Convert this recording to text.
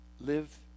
Live